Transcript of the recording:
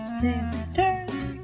sisters